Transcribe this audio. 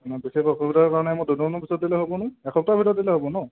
বিশেষ অসুবিধাৰ কাৰণে মই দুদিনমানৰ পিছত দিলে হ'বনে এসপ্তাহৰ ভিতৰত দিলে হ'ব ন